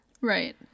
Right